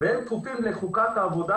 והם כפופים לחוקת העבודה,